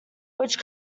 which